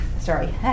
Sorry